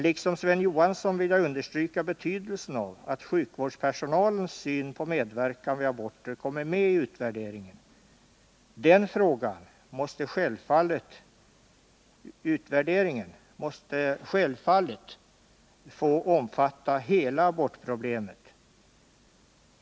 Liksom Sven Johansson vill jag understryka betydelsen av att sjukvårdspersonalens syn på medverkan vid aborter kommer med i utvärderingen. Utvärderingen måste självfallet få omfatta hela abortproblemet.